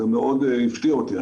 זה מאוד הפתיע אותי,